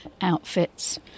outfits